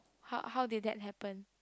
how how did that happen